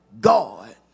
God